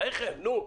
בחייכם, נו.